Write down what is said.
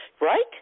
right